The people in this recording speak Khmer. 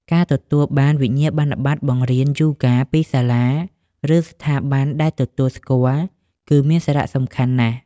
ការទទួលបាន វិញ្ញាបនបត្របង្រៀនយូហ្គា ពីសាលា ឬស្ថាប័នដែលទទួលស្គាល់គឺមានសារៈសំខាន់ណាស់។